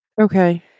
Okay